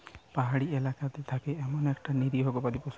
পাহাড়ি এলাকাতে থাকে এমন একটা নিরীহ গবাদি পশু